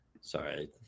Sorry